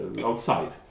outside